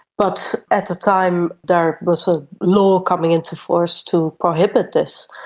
but at the time there was a law coming into force to prohibit this,